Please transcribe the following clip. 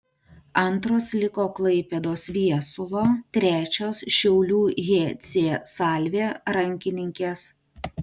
antros liko klaipėdos viesulo trečios šiaulių hc salvė rankininkės